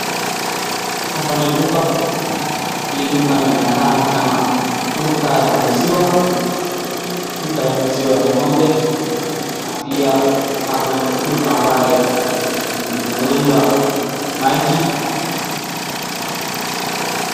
Hapa ni duka. Hii duka inakaa ni kama duka ya maziwa, duka ya maziwa ya ng'ombe na pia hapa ni duka ambaye unauza maji.